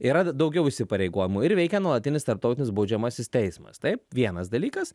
yra daugiau įsipareigojimų ir veikia nuolatinis tarptautinis baudžiamasis teismas taip vienas dalykas